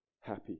happy